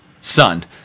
son